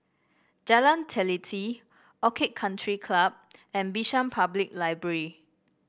Jalan Teliti Orchid Country Club and Bishan Public Library